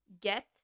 get